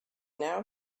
now